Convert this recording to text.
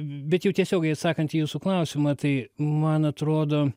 bet jau tiesiogiai atsakant į jūsų klausimą tai man atrodo